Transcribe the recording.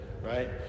right